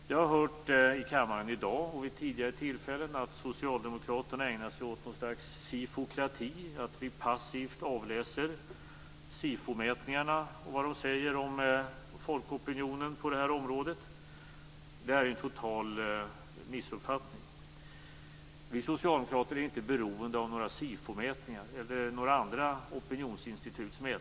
Jag har i kammaren i dag och vid tidigare tillfällen hört att Socialdemokraterna skulle ägna sig åt något slags sifokrati, att vi passivt avläser vad SIFO mätningarna säger om folkopinionen på det här området. Detta är en total missuppfattning. Vi socialdemokrater är inte beroende av några mätningar från SIFO eller andra opinionsinstitut.